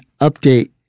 update